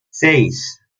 seis